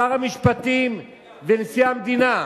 שר המשפטים ונשיא המדינה,